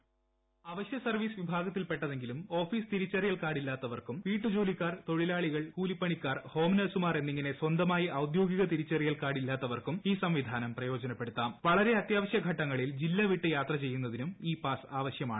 voice അവശ്യ service വിഭാഗത്തിൽപ്പെട്ടതെങ്കിലും office തിരിച്ചറിയൽ കാർഡ് ഇല്ലാത്തവർക്കും വീട്ടുജോലിക്കാർ തൊഴിലാളികൾ കൂലിപ്പണിക്കാർ ഹ്യോട്ട് ന്ന്ഴ്സുമാർ എന്നിങ്ങനെ സ്വന്തമായി ഔദ്യോഗിക തിരിച്ചറിയിൽ് കാർഡ് ഇല്ലാത്തവർക്കും ഈ സംവിധാനം അത്യാവശൃഘട്ടങ്ങളിൽ ജില്ലൂർപിട്ട് യാത്ര ചെയ്യുന്നതിനും ഇ പാസ് ആവശ്യമാണ്